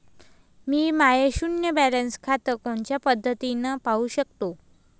मी माय शुन्य बॅलन्स खातं कोनच्या पद्धतीनं पाहू शकतो?